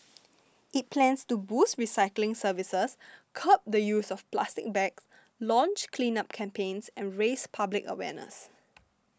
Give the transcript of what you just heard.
it plans to boost recycling services curb the use of plastic bags launch cleanup campaigns and raise public awareness